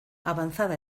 avanzada